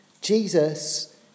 Jesus